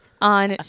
on